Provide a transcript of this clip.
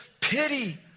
pity